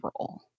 role